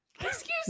excuse